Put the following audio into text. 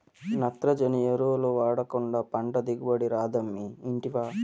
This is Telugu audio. నత్రజని ఎరువులు వాడకుండా పంట దిగుబడి రాదమ్మీ ఇంటివా